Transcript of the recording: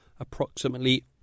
approximately